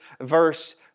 verse